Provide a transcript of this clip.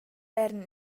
eran